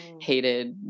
hated